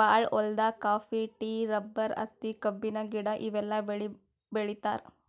ಭಾಳ್ ಹೊಲ್ದಾಗ coffee, tea, rubber, ಹತ್ತಿ, ಕಬ್ಬಿನ ಗಿಡ ಇವೆಲ್ಲ ಬೆಳಿ ಬೆಳಿತಾರ್